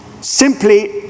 simply